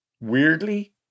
weirdly